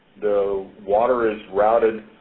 the water is routed